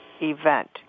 event